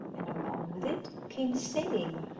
and along with it came singing,